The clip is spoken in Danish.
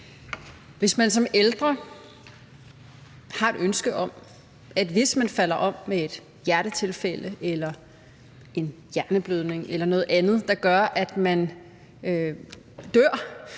Hvis man som ældre har et ønske om, at hvis man falder om med et hjertetilfælde, en hjerneblødning eller noget andet, der gør, at man dør,